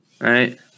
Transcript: right